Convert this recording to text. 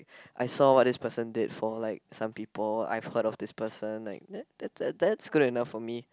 I saw what this person did for like some people I've heard of this person like that's that's that's good enough for me